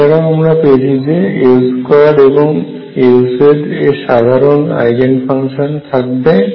এছাড়াও আমরা পেয়েছি যে L2 এবং Lz এর সাধারণ আইগেন ফাংশন থাকবে